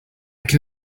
can